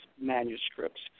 manuscripts